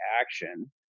action